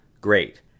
Great